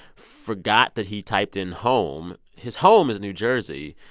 forgot that he typed in home. his home is new jersey,